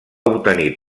obtenir